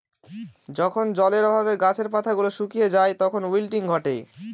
যখন জলের অভাবে গাছের পাতা গুলো শুকিয়ে যায় তখন উইল্টিং ঘটে